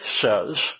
says